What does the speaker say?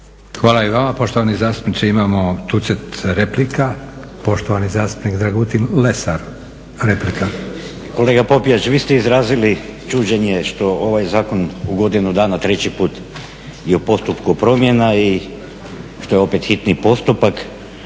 Hvala i vama poštovani zastupniče. Imamo tucet replika. Poštovani zastupnik Dragutin Lesar, replika. **Lesar, Dragutin (Hrvatski laburisti - Stranka rada)** Kolega Popijač, vi ste izrazili čuđenje što ovaj zakon u godinu dana treći put je u postupku promjena i što je opet hitni postupak,